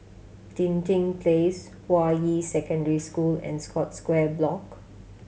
Dinding Place Hua Yi Secondary School and Scotts Square Block